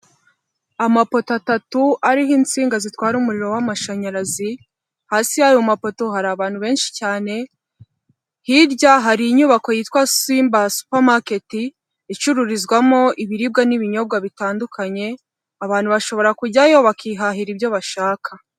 Amapoto atatu ariho insinga zitwara umuriro w'amashanyarazi hasi y'ayo mapoto hari abantu benshi cyane, hirya hari inyubako yitwa simba supamaketi icururizwamo ibiribwa n'ibinyobwa bitandukanye, abantu bashobora kujyayo bakihahira ibyo bashaka.